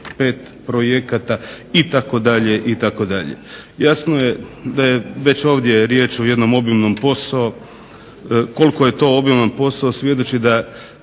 5 projekata" itd. Jasno je da je ovdje riječ o obilnom poslu, koliko je to obilan posao svjedoči da